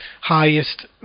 highest